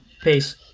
Peace